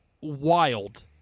wild